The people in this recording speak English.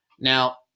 Now